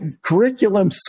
curriculum